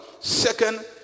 Second